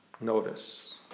Notice